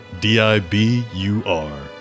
D-I-B-U-R